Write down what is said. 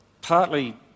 Partly